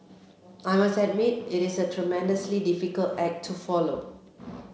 I must admit it is a tremendously difficult act to follow